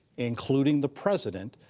including the president,